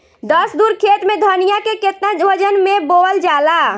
दस धुर खेत में धनिया के केतना वजन मे बोवल जाला?